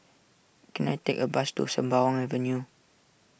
can I take a bus to Sembawang Avenue